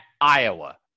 Iowa